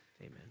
amen